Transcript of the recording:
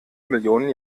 millionen